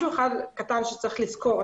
משהו קטן שצריך לזכור.